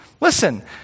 Listen